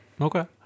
okay